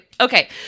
Okay